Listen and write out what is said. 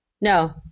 No